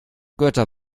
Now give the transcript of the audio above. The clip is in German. götter